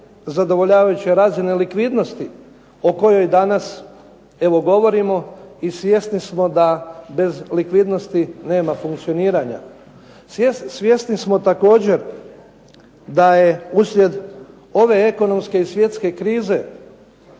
zadovoljavajuće razine likvidnosti o kojoj danas evo govorimo. I svjesni smo da bez likvidnosti nema funkcioniranja. Svjesni smo također da je uslijed ove ekonomske i svjetske krize